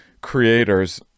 creators